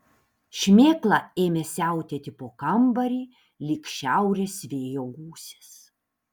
šmėkla ėmė siautėti po kambarį lyg šiaurės vėjo gūsis